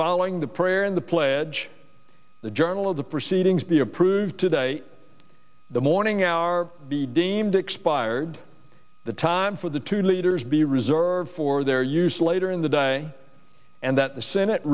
following the prayer in the pledge the journal of the proceedings be approved today the morning are be deemed expired the time for the two leaders be reserved for their use later in the day and that the senate